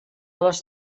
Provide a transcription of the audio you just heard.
les